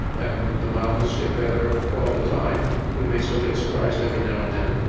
and the models get better all the time. we may still get surprised every now and then,